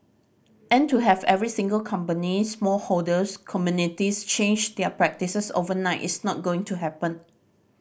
and to have every single company small holders communities change their practises overnight is not going to happen